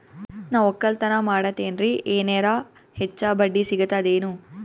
ನಾ ಒಕ್ಕಲತನ ಮಾಡತೆನ್ರಿ ಎನೆರ ಹೆಚ್ಚ ಬಡ್ಡಿ ಸಿಗತದೇನು?